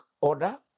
Order